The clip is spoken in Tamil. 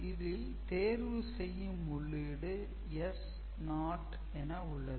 இதில் தேர்வு செய்யும் உள்ளீடு S0 என உள்ளது